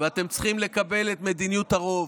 ואתם צריכים לקבל את מדיניות הרוב.